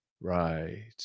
Right